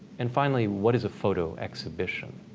and finally, what is a photo exhibition?